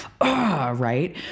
right